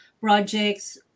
projects